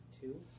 Two